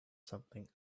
something